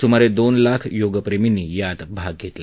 सुमारे दोन लाख योगप्रेमींनी यात भाग घेतला